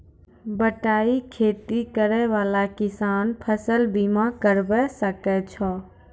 बटाई खेती करै वाला किसान फ़सल बीमा करबै सकै छौ?